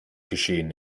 geschehen